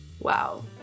wow